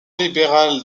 libérale